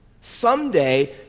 Someday